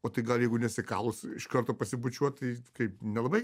o tai gal jeigu nesikalus iš karto pasibučiuot tai kaip nelabai